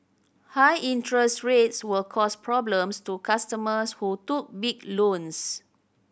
high interest rates will cause problems to customers who took big loans